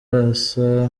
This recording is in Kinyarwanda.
basa